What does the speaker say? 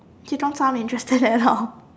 he don't sound interested at all